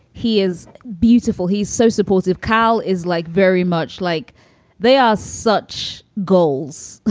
he is beautiful. he's so supportive. carl is like very much like they are such goals.